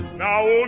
now